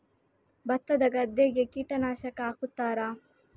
ಭತ್ತದ ಗದ್ದೆಗೆ ಕೀಟನಾಶಕ ಹಾಕುತ್ತಾರಾ?